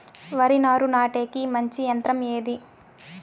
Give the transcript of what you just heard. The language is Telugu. వరి నారు నాటేకి మంచి యంత్రం ఏది?